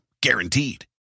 Guaranteed